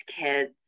kids